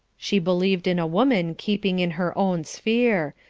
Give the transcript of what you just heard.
she believed in a woman keeping in her own sphere,